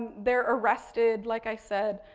they're arrested, like i said.